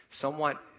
somewhat